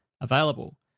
available